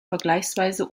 vergleichsweise